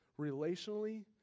relationally